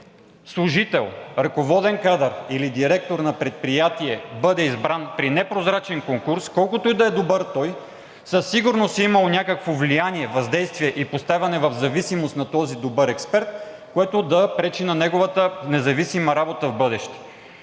и да е служител, ръководен кадър или директор на предприятие бъде избран при непрозрачен конкурс, колкото и да е добър той, със сигурност е имал някакво влияние, въздействие и поставяне в зависимост на този добър експерт, което да пречи на неговата независима работа в бъдеще.